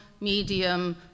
medium